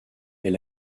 est